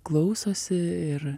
klausosi ir